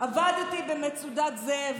עבדתי במצודת זאב,